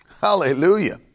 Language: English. Hallelujah